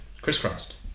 crisscrossed